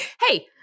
Hey